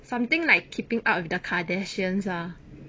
something like keeping up with the kardashians ah